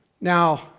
Now